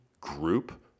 group